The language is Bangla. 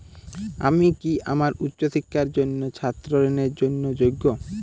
আমি কি আমার উচ্চ শিক্ষার জন্য ছাত্র ঋণের জন্য যোগ্য?